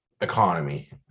economy